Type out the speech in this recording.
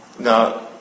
Now